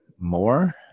more